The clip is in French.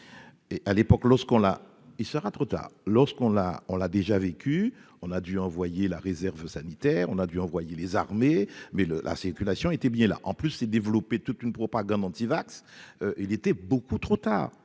tard lorsqu'on l'a, on l'a déjà vécu, on a dû envoyer la réserve sanitaire, on a dû envoyer les armées mais le la circulation était bien là, en plus, c'est développer toute une propagande anti-vax, il était beaucoup trop tard,